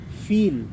feel